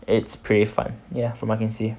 its pretty fun ya from what I can see